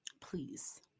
please